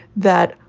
that.